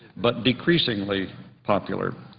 but decreasingly popular.